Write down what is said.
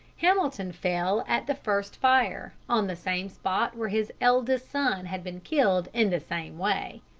hamilton fell at the first fire, on the same spot where his eldest son had been killed in the same way.